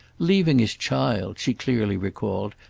leaving his child, she clearly recalled,